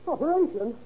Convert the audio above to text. Operation